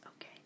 okay